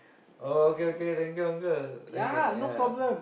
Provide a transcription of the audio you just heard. oh okay okay thank you uncle okay yeah